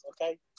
okay